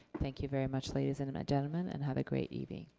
thank you very much ladies and and gentlemen, and have a great evening.